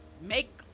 make